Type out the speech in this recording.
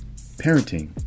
parenting